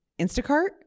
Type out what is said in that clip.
Instacart